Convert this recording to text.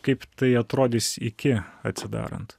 kaip tai atrodys iki atsidarant